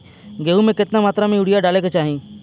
गेहूँ में केतना मात्रा में यूरिया डाले के चाही?